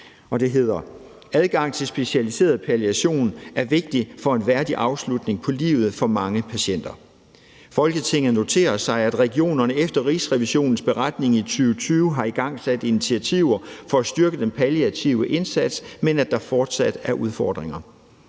vedtagelse »Adgang til specialiseret palliation er vigtig for en værdig afslutning på livet for mange patienter. Folketinget noterer sig, at regionerne efter Rigsrevisionens beretning fra 2020 har igangsat initiativer for at styrke den palliative indsats, men at der fortsat er udfordringer.